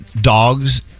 dogs